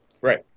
right